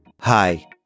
Hi